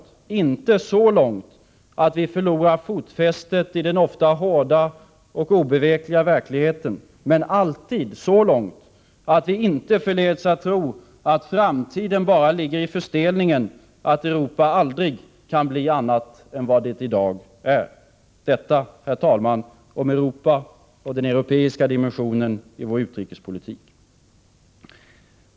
Vi får inte rikta blickarna så långt att vi förlorar fotfästet i den ofta hårda och obevekliga verkligheten, men alltid så längt att vi inte förleds att tro att framtiden bara ligger i förstelningen, att Europa aldrig kan bli annat än vad det är i dag. Detta avsnitt, herr talman, har handlat om Europa och den europeiska dimensionen i vår utrikespolitik.